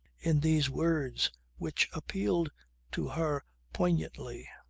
in these words which appealed to her poignantly.